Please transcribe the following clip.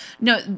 no